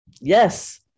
Yes